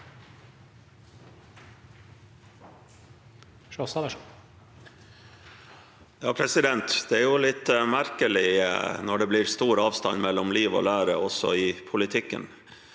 Det er jo litt merkelig når det blir stor avstand mellom liv og lære også i politikken.